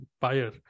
buyer